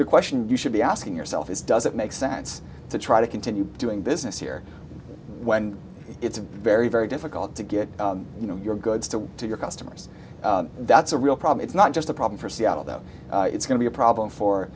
question you should be asking yourself is does it make sense to try to continue doing business here when it's very very difficult to get you know your goods to to your customers that's a real problem it's not just a problem for seattle that it's going to be a problem for